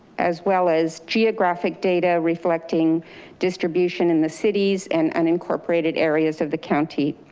as well as geographic data, reflecting distribution in the cities and unincorporated areas of the county.